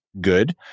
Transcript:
good